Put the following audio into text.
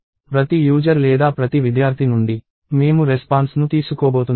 ప్రతి యూజర్ లేదా ప్రతి విద్యార్థి నుండి మేము రెస్పాన్స్ ను తీసుకోబోతున్నాము